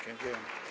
Dziękuję.